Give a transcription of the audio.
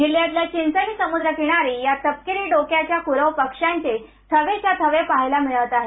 जिल्ह्यातल्या चिंचणी समुद्र किनारी या तपकिरी डोक्याच्या कुरव पक्षांचे थवेच्या थवे पाहायला मिळत आहेत